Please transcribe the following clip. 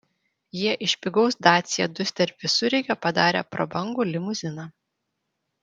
jie iš pigaus dacia duster visureigio padarė prabangų limuziną